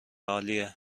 عالیه